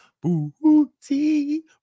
Booty